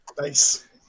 nice